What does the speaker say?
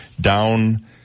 Down